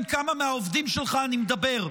תתפלא עם כמה מהעובדים שלך אני מדבר.